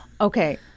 Okay